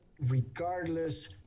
regardless